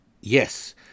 Yes